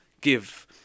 give